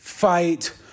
Fight